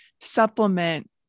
supplement